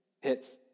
hits